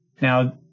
Now